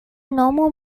normal